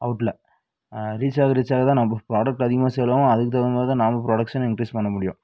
அவுட்ல ரீச்சாக ரீச்சாக தான் நம்ப ப்ராடக்ட்டு அதிகமாக சேல் ஆவும் அதுக்குத் தகுந்த மாதிரி தான் நாம ப்ரொடக்ஷனை இன்க்ரீஸ் பண்ண முடியும்